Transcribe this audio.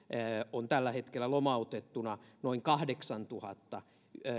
on tällä hetkellä lomautettuna noin kahdeksantuhatta